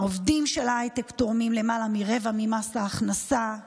העובדים של ההייטק תורמים למעלה מרבע ממס ההכנסה,